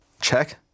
Check